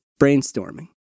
brainstorming